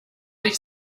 sich